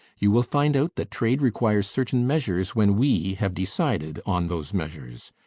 you will find out that trade requires certain measures when we have decided on those measures.